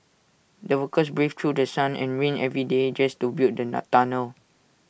the workers braved through sun and rain every day just to build the tunnel